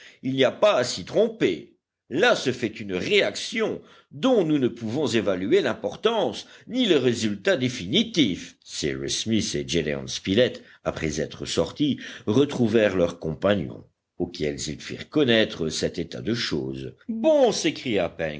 il n'y a pas à s'y tromper là se fait une réaction dont nous ne pouvons évaluer l'importance ni le résultat définitif cyrus smith et gédéon spilett après être sortis retrouvèrent leurs compagnons auxquels ils firent connaître cet état de choses bon s'écria